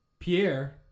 Pierre